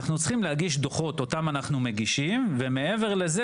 אנחנו צריכים להגיש דוחות אותם אנחנו מגישים ומעבר לזה,